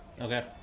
Okay